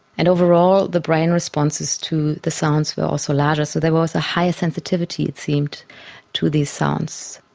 and overall the brain responses to the sounds were also larger, so there was a higher sensitivity it seemed to these sounds.